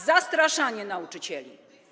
Zastraszanie nauczycieli.